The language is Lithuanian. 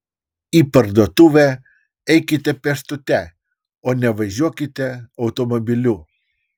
į parduotuvę eikite pėstute o ne važiuokite automobiliu